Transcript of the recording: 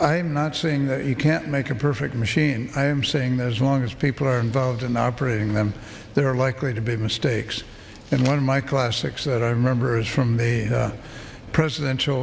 i'm not saying you can't make a perfect machine i'm saying that as long as people are involved in operating them they're likely to be mistakes and one of my classics that i remember is from a presidential